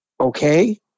okay